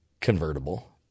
convertible